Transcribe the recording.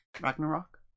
Ragnarok